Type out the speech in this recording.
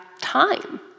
time